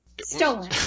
stolen